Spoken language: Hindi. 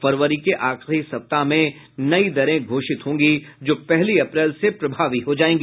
फरवरी के आखिरी सप्ताह में नयी दरें घोषित होंगी जो पहली अप्रैल से प्रभावी हो जायेगी